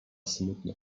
smutno